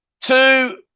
two